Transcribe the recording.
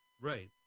Right